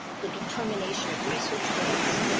the determination of research grants,